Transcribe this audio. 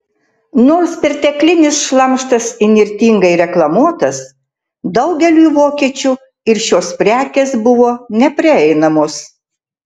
nors perteklinis šlamštas įnirtingai reklamuotas daugeliui vokiečių ir šios prekės buvo neprieinamos